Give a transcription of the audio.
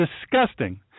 disgusting